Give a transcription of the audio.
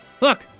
look